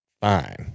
fine